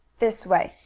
this way!